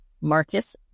Marcus